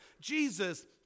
Jesus